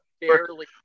Barely